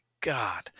god